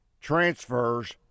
transfers